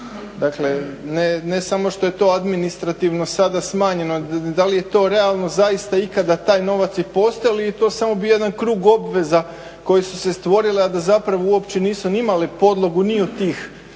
dakle ne samo što je to administrativno sada smanjeno, da li je to realno zaista ikada taj novac i postoji li ili je to samo bio jedan krug obveza koje su se stvorile, a da zapravo uopće nisu ni imale podlogu ni u tih